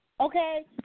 okay